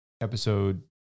episode